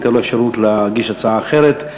ניתן לו אפשרות להגיש הצעה אחרת.